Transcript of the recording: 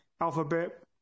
alphabet